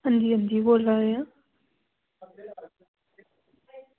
अंजी अंजी बोल्ला दे आं